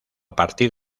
partir